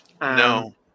No